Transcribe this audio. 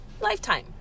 Lifetime